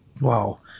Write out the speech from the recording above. Wow